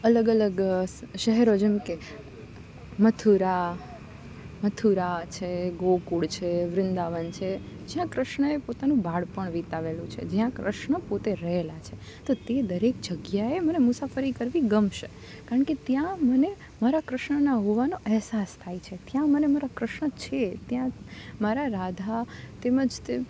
અલગ અલગ શહેરો જેમ કે મથુરા મથુરા છે ગોકુળ છે વૃંદાવન છે જ્યાં કૃષ્ણએ પોતાનું બાળપણ વિતાવેલું છે જ્યાં કૃષ્ણ પોતે રહેલા છે તો તે દરેક જગ્યાએ મને મુસાફરી કરવી ગમશે કારણ કે ત્યાં મને મારા કૃષ્ણના હોવાનો અહેસાસ થાય છે ત્યાં મને મારા કૃષ્ણ છે ત્યાં મારા રાધા તેમજ તે